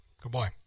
Goodbye